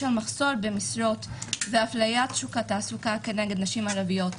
בשל מחסור במשרות והפליית שוק התעסוקה כנגד נשים ערביות,